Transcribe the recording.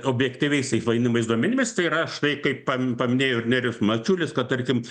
objektyviais taip vadinamais duomenimis tai yra štai kaip pam paminėjo ir nerijus mačiulis kad tarkim